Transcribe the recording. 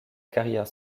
carrière